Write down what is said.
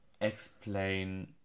explain